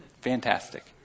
Fantastic